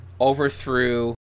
overthrew